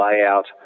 layout